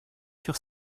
sur